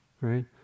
right